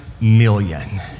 Million